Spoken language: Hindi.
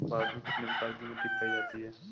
भारत में कितने प्रकार की मिट्टी पाई जाती है?